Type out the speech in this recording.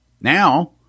Now